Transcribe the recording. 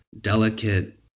delicate